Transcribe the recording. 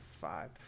five